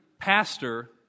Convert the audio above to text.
pastor